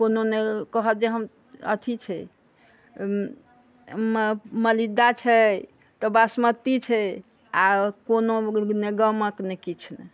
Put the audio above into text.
कोनोने कहत जे हम अथि छै मलिद्दा छै तऽ बासमतीओर छै आ कोनो ने गमक ने किछु ने